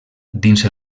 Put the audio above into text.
dins